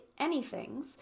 anythings